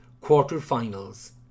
quarter-finals